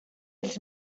ells